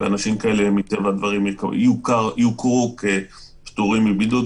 אנשים כאלה יוכרו כפטורים מבידוד,